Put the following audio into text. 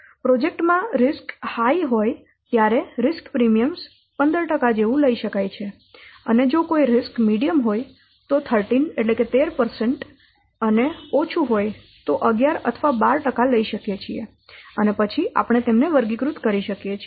project માં જોખમ high હોય ત્યારે જોખમ પ્રીમિયમ 15 જેવું લઈ શકાય છે અને જો કોઈ જોખમ મધ્યમ હોય તો 13 અને ઓછું હોય તો 11 અથવા 12 લઈ શકીએ છીએ અને પછી આપણે તેમને વર્ગીકૃત કરી શકીએ છીએ